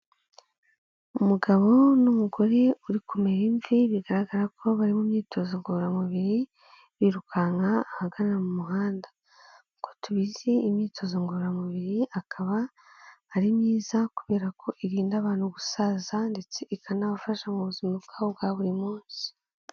Umugabo n'umugore uri kumera imvi bigaragara ko bari mu myitozo ngororamubiri, birukanka ahagana mu muhanda. Nk'uko tubizi imyitozo ngororamubiri akaba ari myiza kubera ko irinda abantu gusaza ndetse ikanabafasha mu buzima bwabo bwa buri munsi.